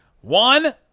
One